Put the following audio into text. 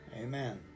Amen